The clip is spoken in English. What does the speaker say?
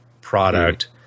product